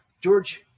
George